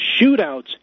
Shootouts